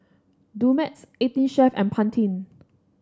Dumex Eighteen Chef and Pantene